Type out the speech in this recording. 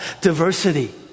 diversity